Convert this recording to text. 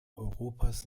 europas